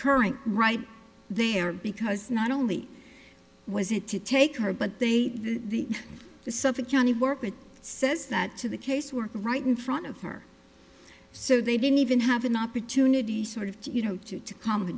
occurring right there because not only was it to take her but they the suffolk county workman says that to the caseworker right in front of her so they didn't even have an opportunity sort of you know to to come